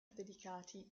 dedicati